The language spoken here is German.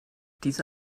diese